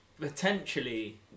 Potentially